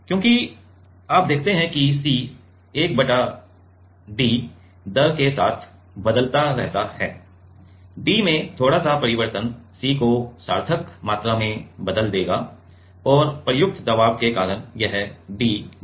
क्योंकि आप देखते हैं कि c एक बटा d दर के साथ बदलता रहता है d में थोड़ा सा परिवर्तन C को सार्थक मात्रा में बदल देगा और प्रयुक्त दबाव के कारण यह d बदल जाएगा